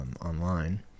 online